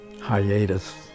hiatus